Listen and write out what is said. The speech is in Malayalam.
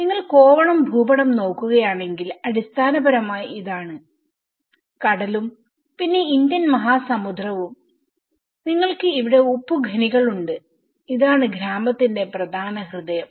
നിങ്ങൾ കോവളം ഭൂപടം നോക്കുകയാണെങ്കിൽ അടിസ്ഥാനപരമായി ഇതാണ് കടലും പിന്നെ ഇന്ത്യൻ മഹാസമുദ്രവും നിങ്ങൾക്ക് ഇവിടെ ഉപ്പ് ഖനികളുമുണ്ട് ഇതാണ് ഗ്രാമത്തിന്റെ പ്രധാന ഹൃദയം